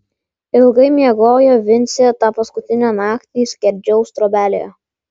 ilgai miegojo vincė tą paskutinę naktį skerdžiaus trobelėje